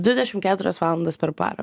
dvidešim keturias valandas per parą